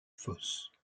fausse